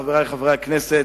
חברי חברי הכנסת,